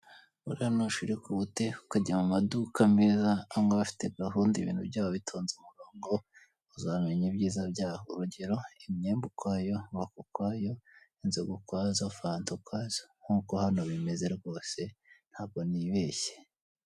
Buriya nushirika ubute ukajya mu maduka meza , aho usanga bafite gahunda ibintu byabo bitonze umurongo uzamenya ibuyiza byaho. Urugero: imyenda ukwayo, voka ukwazo, inzoga ukwazo, fanta ukwazo, nkuko hano bimeze rwose ntabwo nibeshye.